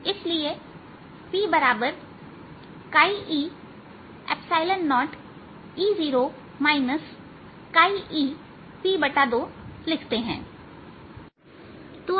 इसलिए P e0E0 eP2लिखते हैं